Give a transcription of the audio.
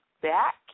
back